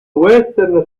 western